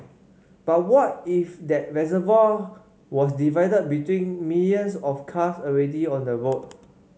but what if that reservoir was divided between millions of cars already on the road